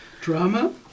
drama